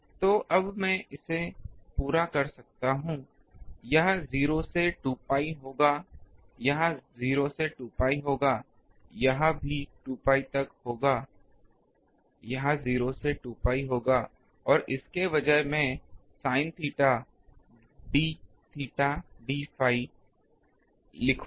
तो अब मैं इसे पूरा कर सकता हूं यह 0 से 2 pi होगा यह 0 से pi होगा यह भी 2 pi तक होगा यह 0 से pi होगा और इसके बजाय मैं sin theta d theta d pi लिखूंगा